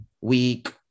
week